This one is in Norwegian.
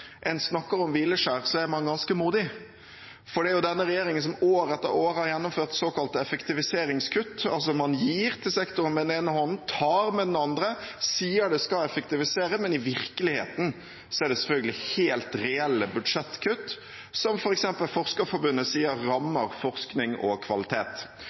en snakker om hvileskjær, er en ganske modig. For det er denne regjeringen som år etter år har gjennomført såkalte effektiviseringskutt. Man gir til sektoren med den ene hånden, tar med den andre og sier det skal effektivisere. Men i virkeligheten er det selvfølgelig helt reelle budsjettkutt, som f.eks. Forskerforbundet sier rammer forskning og kvalitet.